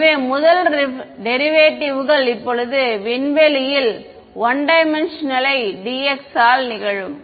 எனவே முதல் டெரிவேடிவ்கள் இப்போது விண்வெளி ல் 1D ஐ dx ஆல் நிகழும்